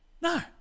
no